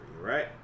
right